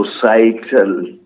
societal